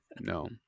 no